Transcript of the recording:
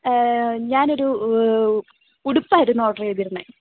ഞാൻ ഒരു ഉടുപ്പായിരുന്നു ഓഡെർ ചെയ്തിരുന്നത്